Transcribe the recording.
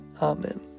Amen